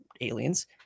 aliens